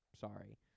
Sorry